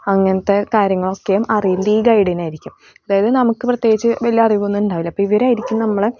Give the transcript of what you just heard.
അങ്ങനത്തെ കാര്യങ്ങളൊക്കെയും അറിയുന്നത് ഈ ഗൈഡിനായിരിക്കും അതായത് നമുക്ക് പ്രത്യേകിച്ച് വലിയ അറിവൊന്നും ഉണ്ടാവില്ല അപ്പോൾ ഇവരായിരിക്കും നമ്മളെ